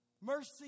Mercy